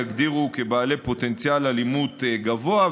יגדירו כבעלי פוטנציאל אלימות גבוה,